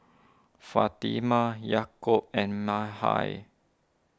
Fatimah Yaakob and Mikhail